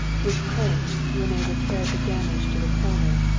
with planks rene repaired the damage to the corner,